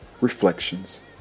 reflections